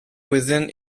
within